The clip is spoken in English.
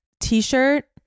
t-shirt